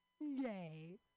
Yay